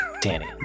danny